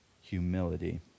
humility